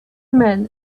men